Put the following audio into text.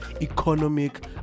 economic